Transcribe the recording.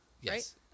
Yes